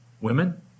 women